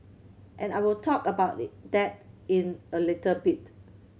and I will talk about a little that in a little bit